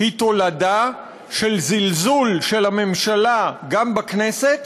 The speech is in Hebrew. היא תולדה של זלזול של הממשלה גם בכנסת